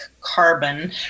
carbon